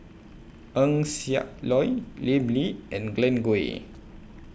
Eng Siak Loy Lim Lee and Glen Goei